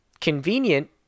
convenient